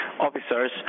officers